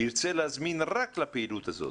ירצה להזמין רק לפעילות הזאת